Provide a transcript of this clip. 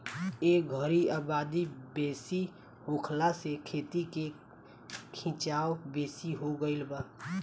ए घरी आबादी बेसी होखला से खेती के खीचाव बेसी हो गई बा